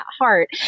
heart